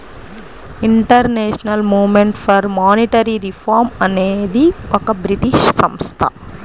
international movement for monetary reform అనేది ఒక British సంస్థ